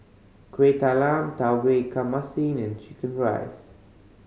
Kueh Talam Tauge Ikan Masin and chicken rice